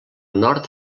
nord